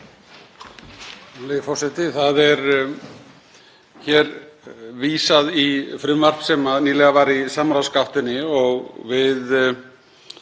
Hér er vísað í frumvarp sem nýlega var í samráðsgáttinni og við